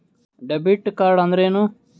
Debit ಕಾರ್ಡ್ಅಂದರೇನು?